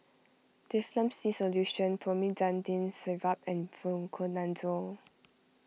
Difflam C Solution Promethazine Syrup and Fluconazole